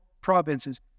provinces